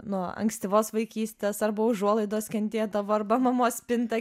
nuo ankstyvos vaikystės arba užuolaidos kentėdavo arba mamos spinta